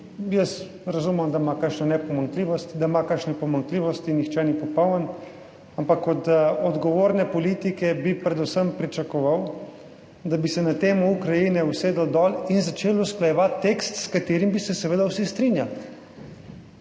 Jaz razumem, da ima kakšne pomanjkljivosti, nihče ni popoln, ampak od odgovorne politike bi predvsem pričakoval, da bi se na temo Ukrajine usedel dol in začeli usklajevati tekst, s katerim bi se seveda vsi strinjali.